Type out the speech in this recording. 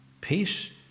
peace